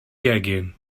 gegin